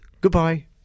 Goodbye